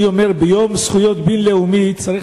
אני אומר שביום זכויות בין-לאומי צריך